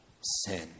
sin